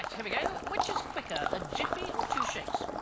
ah here we go, which is quicker a jiffy or two shakes?